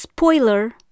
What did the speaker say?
Spoiler